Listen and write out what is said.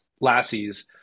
lassies